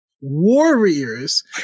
warriors